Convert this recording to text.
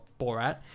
Borat